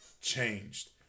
changed